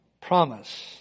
Promise